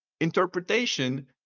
Interpretation